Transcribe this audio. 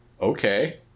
Okay